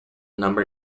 number